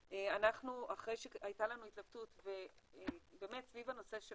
אחרי שהייתה לנו התלבטות סביב הנושא של